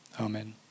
Amen